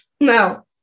No